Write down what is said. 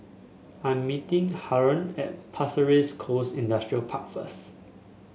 I am meeting Harlon at Pasir Ris Coast Industrial Park first